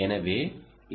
எனவே எல்